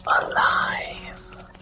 alive